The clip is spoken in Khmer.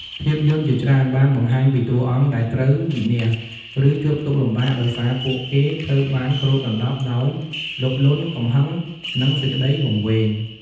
ភាពយន្តជាច្រើនបានបង្ហាញពីតួអង្គដែលត្រូវវិនាស ឬជួបទុក្ខលំបាកដោយសារពួកគេត្រូវបានគ្របដណ្ដប់ដោយ លោភលន់ កំហឹង និងសេចក្តីវង្វេង។